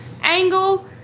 angle